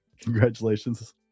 congratulations